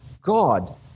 God